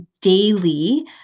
daily